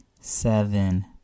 Seven